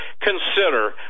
consider